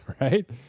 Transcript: Right